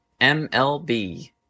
MLB